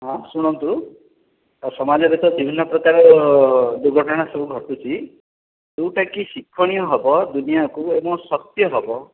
ହଁ ଶୁଣନ୍ତୁ ସମାଜରେ ତ ବିଭିନ୍ନ ପ୍ରକାର ଦୁର୍ଘଟଣା ସବୁ ଘଟୁଛି ଯେଉଁଟାକି ଶିକ୍ଷଣୀୟ ହେବ ଦୁନିଆକୁ ଏବଂ ସତ୍ୟ ହେବ